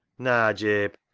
naa, jabe,